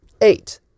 eight